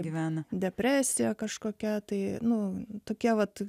gyvena depresija kažkokia tai nu tokie vat